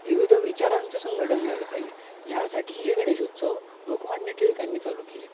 विविध विचारांचं संघटन झालं पाहिजे यासाठी हे गणेशोत्सव लोकमान्य टिळकांनी चालू केले